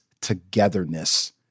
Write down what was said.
togetherness